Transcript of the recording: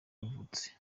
yavutse